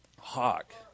hawk